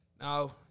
Now